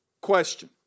Question